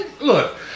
Look